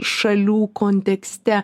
šalių kontekste